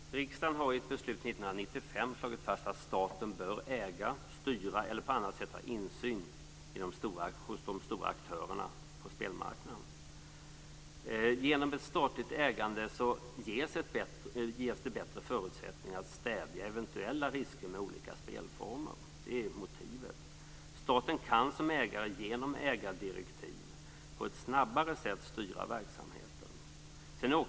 Fru talman! Riksdagen har i ett beslut 1995 slagit fast att staten bör äga, styra eller på annat sätt ha insyn hos de stora aktörerna på spelmarknaden. Genom ett statligt ägande ges det bättre förutsättningar att stävja eventuella risker med olika spelformer. Det är motivet. Staten kan som ägare genom ägardirektiv på ett snabbare sätt styra verksamheten.